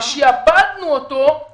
לקחנו את הבסיס הכי עקרוני ושעבדנו אותו לצורך